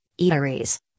eateries